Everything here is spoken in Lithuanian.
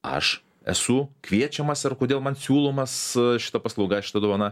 aš esu kviečiamas ar kodėl man siūlomas šita paslauga šita dovana